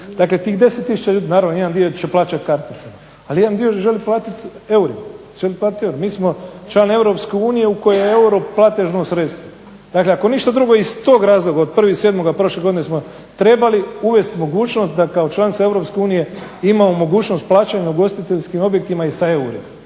je jasno nerealno. Naravno jedan dio će plaćati karticama, ali jedan dio želi platiti eurima. Mi smo član EU u kojoj je euro platežno sredstvo, dakle ako ništa drugo iz tog razloga od 1.7.prošle godine smo trebali uvest mogućnost da kao članica EU imamo mogućnost plaćanja u ugostiteljskim objektima i sa eurima,